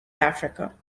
africa